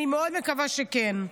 אני מאוד מקווה שכן.